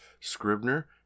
Scribner